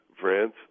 France